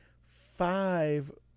five